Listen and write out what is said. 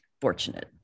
fortunate